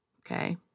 Okay